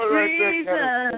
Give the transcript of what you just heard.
reason